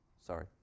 Sorry